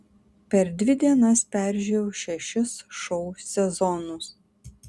per dvi dienas peržiūrėjau šešis šou sezonus